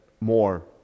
more